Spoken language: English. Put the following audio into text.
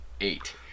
eight